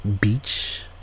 beach